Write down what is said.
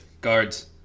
Guards